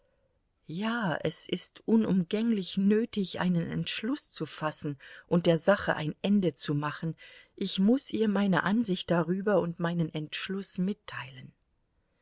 ja es ist unumgänglich nötig einen entschluß zu fassen und der sache ein ende zu machen ich muß ihr meine ansicht darüber und meinen entschluß mitteilen